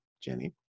Jenny